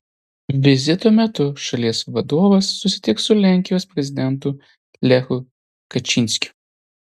vizito metu šalies vadovas susitiks su lenkijos prezidentu lechu kačynskiu